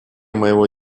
моего